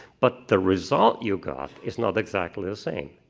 but the result you got is not exactly the same.